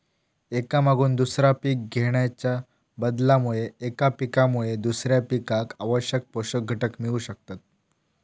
एका मागून दुसरा पीक घेणाच्या बदलामुळे एका पिकामुळे दुसऱ्या पिकाक आवश्यक पोषक घटक मिळू शकतत